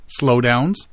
slowdowns